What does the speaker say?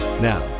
Now